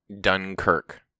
Dunkirk